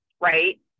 right